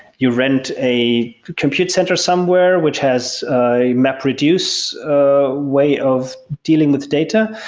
you rent a compute center somewhere which has a mapreduce way of dealing with data.